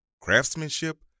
Craftsmanship